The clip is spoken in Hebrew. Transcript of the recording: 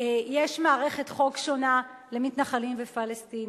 יש מערכת חוק שונה למתנחלים ופלסטינים,